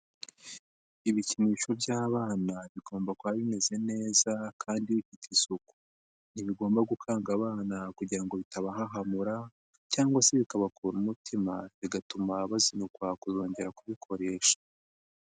Ibikinisho by'abana bigomba kuba bimeze neza kandi bifite isuku, ntibigomba gukanga abana kugira ngo bitabahahamura, cyangwa se bikabakura umutima bigatuma bazinukwa kuzongera kubikoresha.